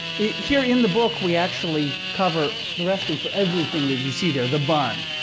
here, in the book, we actually cover the recipe for everything that you see there. the bun,